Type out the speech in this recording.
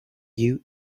you